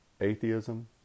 Atheism